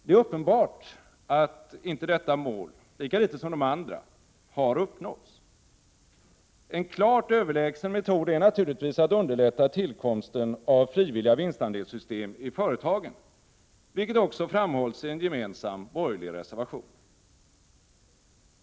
Det är uppenbart att inte detta mål — lika litet som de andra — har uppnåtts. En klart överlägsen metod är naturligtvis att underlätta tillkomsten av frivilliga vinstandelssystem i företagen, vilket också framhålls i en gemensam borgerlig reservation.